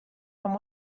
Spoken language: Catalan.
amb